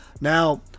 Now